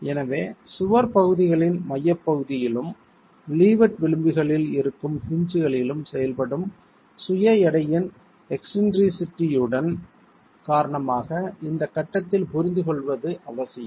எனவே சுவர் பகுதிகளின் மையப்பகுதியிலும் லீவர்ட் விளிம்புகளில் இருக்கும் ஹின்ஜ்களிலும் செயல்படும் சுய எடையின் எக்ஸ்ன்ட்ரிசிட்டியின் காரணமாக இந்த கட்டத்தில் புரிந்துகொள்வது அவசியம்